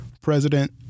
President